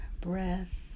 breath